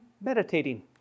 meditating